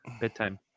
bedtime